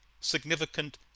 significant